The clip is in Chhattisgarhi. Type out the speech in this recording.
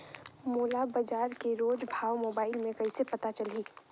मोला बजार के रोज भाव मोबाइल मे कइसे पता चलही?